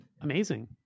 Amazing